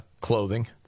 Clothing